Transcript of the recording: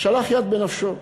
שלח יד בנפשו.